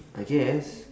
I guess